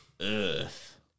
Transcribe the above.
Earth